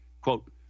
quote